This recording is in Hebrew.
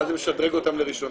ואז זה משדרג אותן לראשונות.